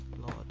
Lord